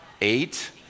Eight